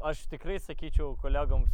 aš tikrai sakyčiau kolegoms